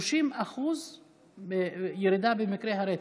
30% ירידה במקרי הרצח,